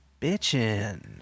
Bitchin